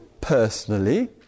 personally